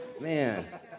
Man